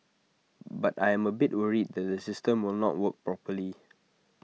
but I am A bit worried that the system will not work properly